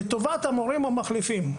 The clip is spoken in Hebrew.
לטובת המורים המחליפים.